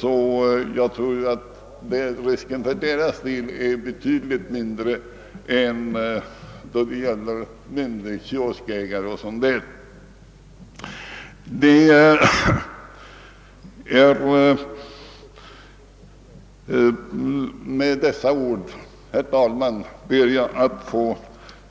För deras del tror jag därför att risken är betydligt mindre än den är för t.ex. kioskägare. Med dessa ord ber jag, herr talman, att få